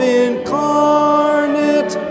incarnate